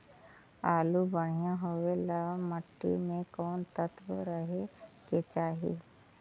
आलु बढ़िया होबे ल मट्टी में कोन तत्त्व रहे के चाही?